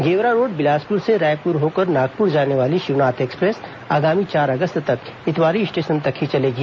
Gevra road Bilaspur से रायपुर होकर नागपुर जाने वाली शिवनाथ एक्सप्रेस आगामी चार अगस्त तक इतवारी स्टेशन तक ही चलेगी